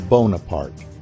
Bonaparte